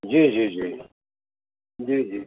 जी जी जी जी जी